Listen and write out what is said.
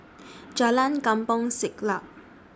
Jalan Kampong Siglap